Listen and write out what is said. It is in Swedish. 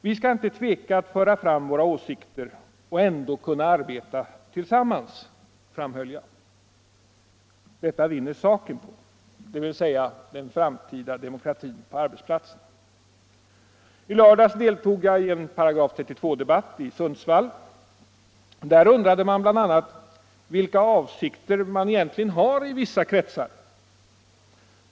Vi skall inte tveka att föra fram våra åsikter — vi skall ändå kunna arbeta tillsammans, framhöll jag. Detta vinner saken på, dvs. den framtida demokratin på arbetsplatserna. I lördags deltog jag i en § 32-debatt i Sundsvall. Där undrade man bl.a. vilka avsikter vissa kretsar egentligen har.